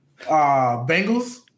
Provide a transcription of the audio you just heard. Bengals